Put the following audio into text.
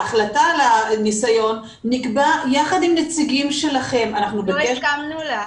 ההחלטה על הניסיון נקבעה יחד עם נציגים שלכם ועם